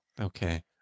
Okay